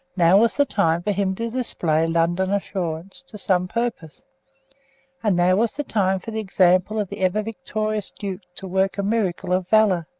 now was the time for him to display london assurance to some purpose and now was the time for the example of the ever-victorious duke to work a miracle of valour.